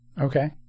Okay